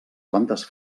quantes